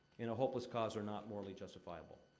in a hopeless cause are not morally justifiable.